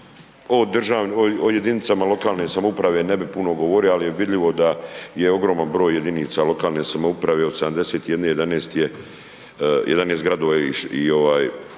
O jedinicama lokalne samouprave ne bih puno govorio, ali je vidljivo da je ogroman broj jedinica lokalne samouprave od 71, 11 gradova i 60